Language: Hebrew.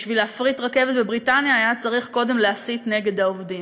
בשביל להפריט רכבת בבריטניה היה צריך קודם להסית נגד העובדים.